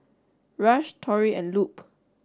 Rush Tori and Lupe